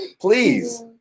Please